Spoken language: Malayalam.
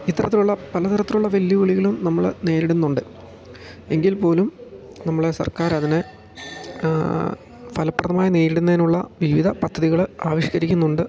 ഇത്തരത്തിലുള്ള പലതരത്തിലുള്ള വെല്ലുവിളികളും നമ്മൾ നേരിടുന്നുണ്ട് എങ്കിൽ പോലും നമ്മളെ സർക്കാർ അതിനെ ഫലപ്രദമായി നേരിടുന്നതിനുള്ള വിവിധ പദ്ധതികൾ ആവിഷ്കരിക്കുന്നുണ്ട്